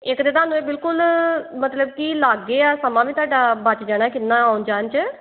ਇੱਕ ਤਾਂ ਤੁਹਾਨੂੰ ਇਹ ਬਿਲਕੁਲ ਮਤਲਬ ਕਿ ਲਾਗੇ ਆ ਸਮਾਂ ਵੀ ਤੁਹਾਡਾ ਬਚ ਜਾਣਾ ਕਿੰਨਾ ਆਉਣ ਜਾਣ 'ਚ